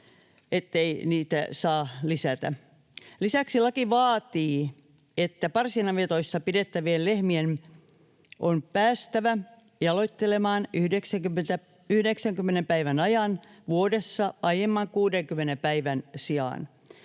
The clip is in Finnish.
saa lisätä. Lisäksi laki vaatii, että parsinavetoissa pidettävien lehmien on päästävä jaloittelemaan 90 päivän ajan vuodessa aiemman 60 päivän sijaan.